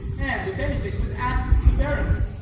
and, if anything, with added severity.